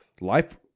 life